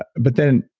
ah but then,